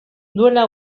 duela